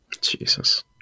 Jesus